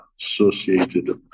associated